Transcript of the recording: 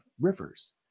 rivers